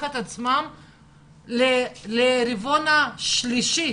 לרבעון השלישי.